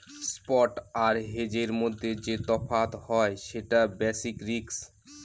spot আর হেজের মধ্যে যে তফাৎ হয় সেটা বেসিস রিস্ক